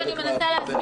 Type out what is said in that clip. זה מה שאני מנסה להסביר,